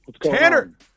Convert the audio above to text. Tanner